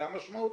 זה המשמעות?